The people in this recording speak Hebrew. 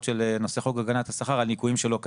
של נושא חוק הגנת השכר על ניכויים שלא כדין.